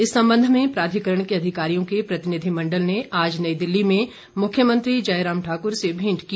इस संबंध में प्राधिकरण के अधिकारियों के प्रतिनिधिमंडल ने आज नई दिल्ली में मुख्यमंत्री जयराम ठाकुर से भेंट की